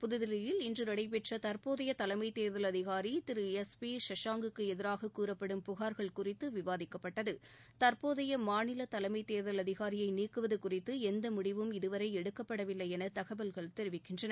புதுதில்லியில் இன்று நடைபெற்ற கூட்டத்தில் தற்போதைய தலைமை தேர்தல் அதிகாரி திரு எஸ் பி செசாங்குக்கு எதிராக கூறப்படும் புகார்கள் குறித்து விவாதிக்கப்பட்டது தற்போதைய மாநில தலைமை தேர்தல் அதிகாரியை நீக்குவது குறித்து எந்த முடிவும் இதுவரை எடுக்கப்படவில்லை என தகவல்கள் தெரிவிக்கின்றன